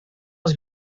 els